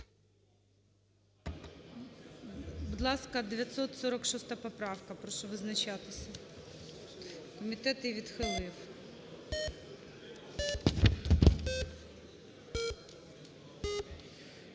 Будь ласка, 946 поправка. Прошу визначатися. Комітет її відхилив.